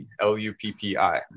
L-U-P-P-I